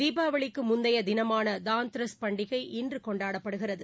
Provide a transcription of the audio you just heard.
தீபாவளிக்கு முந்தைய தினமான தாந்தரஸ் பண்டிகை இன்று கொண்டாடப்படுகிறது